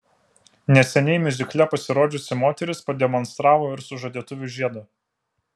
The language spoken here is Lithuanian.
neseniai miuzikle pasirodžiusi moteris pademonstravo ir sužadėtuvių žiedą